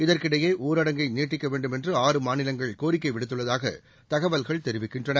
இதற்கிடையே ஊரடங்கை நீட்டிக்க வேண்டுமென்று ஆறு மாநிலங்கள் கோரிக்கை விடுத்துள்ளதாக தகவல்கள் தெரிவிக்கின்றன